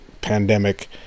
pandemic